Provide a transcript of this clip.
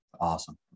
awesome